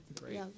Great